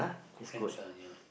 friends ah yeah